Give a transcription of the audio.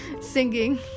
singing